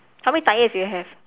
how many tyres you have